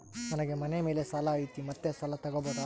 ನನಗೆ ಮನೆ ಮೇಲೆ ಸಾಲ ಐತಿ ಮತ್ತೆ ಸಾಲ ತಗಬೋದ?